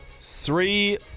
three